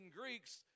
Greeks